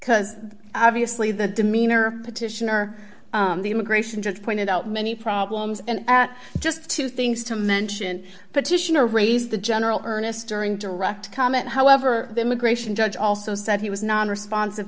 because obviously the demeanor petitioner the immigration judge pointed out many problems and at just two things to mention petitioner raised the general earnest during direct comment however the immigration judge also said he was non responsive